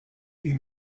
die